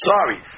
Sorry